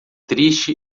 triste